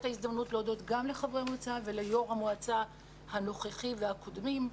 ההזדמנות להודות גם לחברי המועצה וליושב ראש המועצה הנוכחי והקודמים.